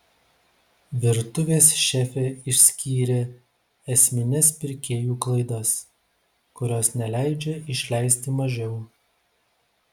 virtuvės šefė išskyrė esmines pirkėjų klaidas kurios neleidžia išleisti mažiau